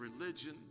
religion